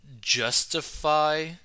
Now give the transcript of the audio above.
justify